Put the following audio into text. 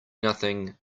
nothing